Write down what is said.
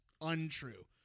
untrue